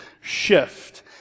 shift